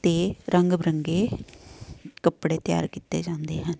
ਅਤੇ ਰੰਗ ਬਿਰੰਗੇ ਕੱਪੜੇ ਤਿਆਰ ਕੀਤੇ ਜਾਂਦੇ ਹਨ